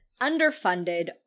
underfunded